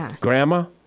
Grandma